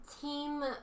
Team